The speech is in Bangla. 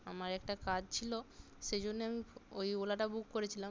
আমার একটা কাজ ছিলো সেই জন্যে আমি ওই ওলাটা বুক করেছিলাম